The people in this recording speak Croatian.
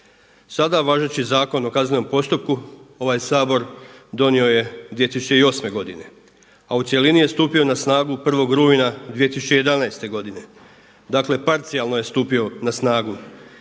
Sada važeći Zakon o kaznenom postupku ovaj Sabor donio je 2008. godine, a u cjelini je stupio na snagu 1. rujna 2011. godine. Dakle, parcijalno je stupio na snagu.